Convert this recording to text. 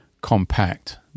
Compact